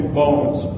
bones